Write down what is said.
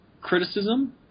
criticism